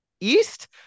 East